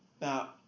Now